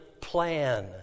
plan